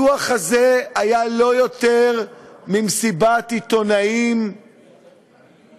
הדוח הזה היה לא יותר ממסיבת עיתונאים מהוללת,